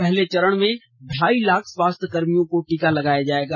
पहले चरण में ढाई लाख स्वास्थ्य कर्मियों को टीका लगाया जायेगा